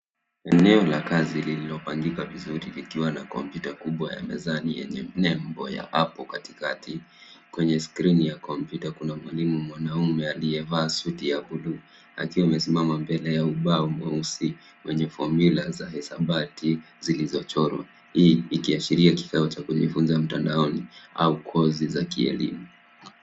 Eneo la kazi lililopangika vizuri likiwa na kompyuta kubwa ya mezani yenye nembo ya hapo katikati. Kwenye skrini ya kompyuta kuna mwalimu mwanaume aliyevaa suti ya buluu akiwa amesimama mbele ya ubao mweusi wenye fomyula za hisabati zilizochorwa, hii ikiashiria kikao cha kujifunza mtandaoni au kozi za kielimu.